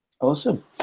Awesome